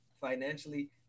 financially